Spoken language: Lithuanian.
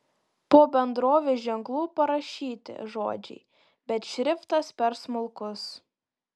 po bendrovės ženklu parašyti žodžiai bet šriftas per smulkus